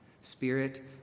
Spirit